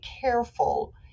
careful